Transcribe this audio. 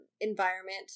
environment